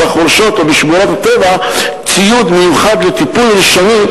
בחורשות ובשמורות הטבע ציוד מיוחד לטיפול ראשוני,